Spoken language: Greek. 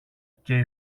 και